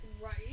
Right